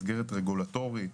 מסגרת רגולטורית,